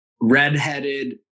redheaded